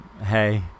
Hey